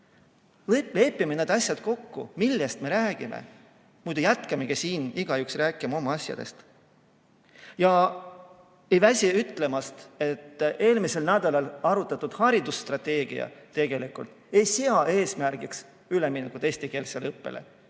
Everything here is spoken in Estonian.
Lepime need asjad kokku, millest me räägime, muidu jäämegi siin igaüks rääkima oma asjadest! Ja ma ei väsi ütlemast, et eelmisel nädalal arutatud haridusstrateegia tegelikult ei sea eesmärgiks üleminekut eestikeelsele õppele,